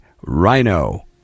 Rhino